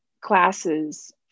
classes